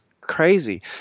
crazy